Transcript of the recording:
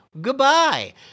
goodbye